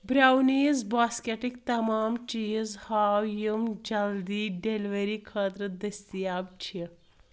brownies باسکٮ۪ٹٕکۍ تمام چیٖز ہاو یِم جلدی ڈیٚلؤری خٲطرٕ دٔستیاب چھِ